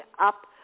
up